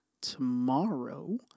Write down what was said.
tomorrow